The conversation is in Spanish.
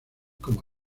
como